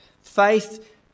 Faith